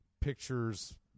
pictures